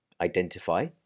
identify